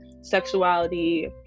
sexuality